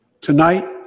Tonight